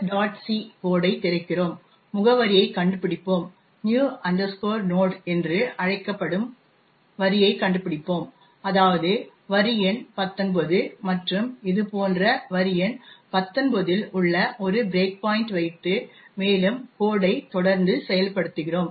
c code ஐ திறக்கிறோம் முகவரியைக் கண்டுபிடிப்போம் new node என்று அழைக்கப்படும் வரியைக் கண்டுபிடிப்போம் அதாவது வரி எண் 19 மற்றும் இது போன்ற வரி எண் 19 இல் ஒரு பிரேக் பாயிண்ட் வைத்து மேலும் கோட் ஐ தொடர்ந்து செயல்படுத்துகிறோம்